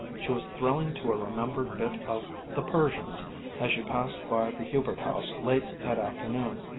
she was thrilling to a remembered bit of the persians as she passed by the hubert house late that afternoon.